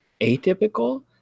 atypical